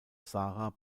sarah